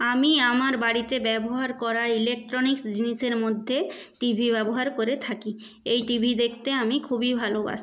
আমি আমার বাড়িতে ব্যবহার করা ইলেকট্রনিক্স জিনিসের মধ্যে টিভি ব্যবহার করে থাকি এই টি ভি দেখতে আমি খুবই ভালোবাসি